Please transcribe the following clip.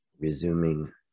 Resuming